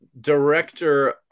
director